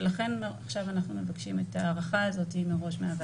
לכן אנחנו מבקשים מהוועדה את ההארכה הזאת מראש.